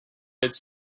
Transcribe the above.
its